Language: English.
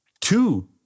two